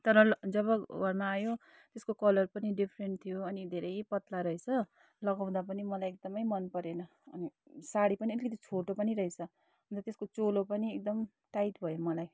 तर ल जब घरमा आयो त्यसको कलर पनि डिफरेन्ट थियो अनि धेरै पतला रहेछ लगाउँदा पनि मलाई एकदमै मनपरेन अनि साडी पनि अलिकति छोटो पनि रहेछ अन्त त्यसको चोलो पनि एकदम टाइट भयो मलाई हो